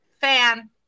fan